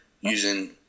using